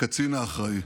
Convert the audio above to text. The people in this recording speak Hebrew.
הקצין האחראי.